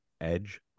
Edge